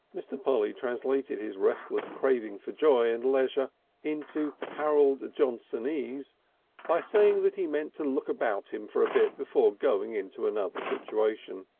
mr. polly translated his restless craving for joy and leisure into harold johnsonese by saying that he meant to look about him for a bit before going into another situation.